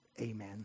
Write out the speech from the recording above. amen